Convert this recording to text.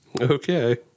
Okay